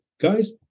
Guys